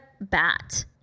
bat